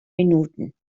minuten